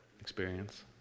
experience